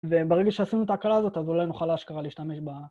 וברגע שעשינו את ההקלה הזאת, אז אולי נוכל אשכרה להשתמש ב...